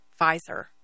Pfizer